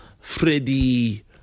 Freddie